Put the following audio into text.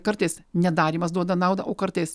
kartais nedarymas duoda naudą o kartais